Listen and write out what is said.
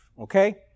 Okay